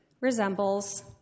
resembles